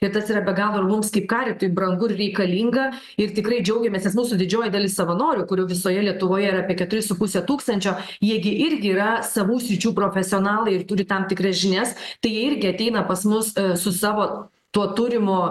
ir tas yra be galo ir mums kaip karitui brangu ir reikalinga ir tikrai džiaugiamės nes mūsų didžioji dalis savanorių kurių visoje lietuvoje yra apie keturi su puse tūkstančio jie gi irgi yra savų sričių profesionalai ir turi tam tikras žinias tai jie irgi ateina pas mus su savo tuo turimu